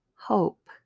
hope